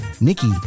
Nikki